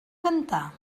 cantar